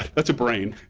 that's a brain,